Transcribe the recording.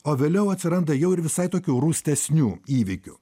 o vėliau atsiranda jau ir visai tokių rūstesnių įvykių